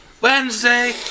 Wednesday